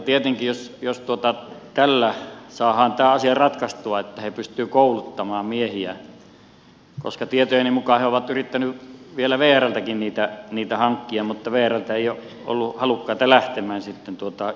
tietenkin jos tällä saadaan tämä asia ratkaistua että he pystyvät kouluttamaan miehiä koska tietojeni mukaan he ovat yrittäneet vielä vrltäkin heitä hankkia mutta vrltä ei ole ollut halukkaita lähtemään yksityiselle töihin